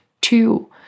two